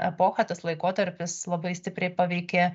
epocha tas laikotarpis labai stipriai paveikė